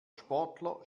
sportler